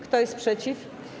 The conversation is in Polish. Kto jest przeciw?